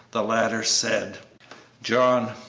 the latter said john,